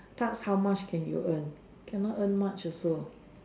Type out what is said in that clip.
tarts how much can you earn cannot earn much also